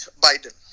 Biden